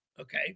okay